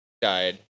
died